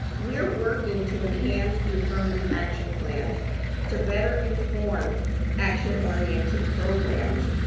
we're working to enhance the affirmative action plan to better inform action-oriented programs.